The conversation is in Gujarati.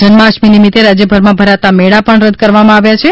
જન્માષ્ટમી નિમિત્તે રાજ્યભરમાં ભરાતા મેળા પણ રદ કરવામાં આવ્યા છે